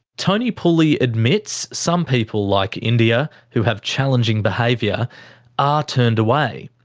tony pooley admits some people like india who have challenging behaviour are turned away.